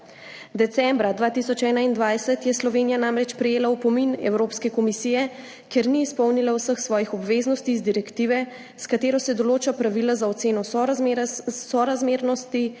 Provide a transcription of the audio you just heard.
Decembra 2021 je Slovenija namreč prejela opomin Evropske komisije, ker ni izpolnila vseh svojih obveznosti iz direktive, s katero se določa pravila za oceno sorazmernosti,